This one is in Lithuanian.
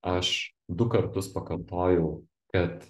aš du kartus pakartojau kad